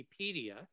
Wikipedia